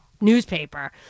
newspaper